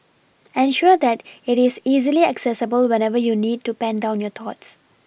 ensure that it is easily accessible whenever you need to pen down your thoughts